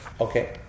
Okay